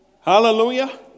Hallelujah